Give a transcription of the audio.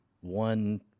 one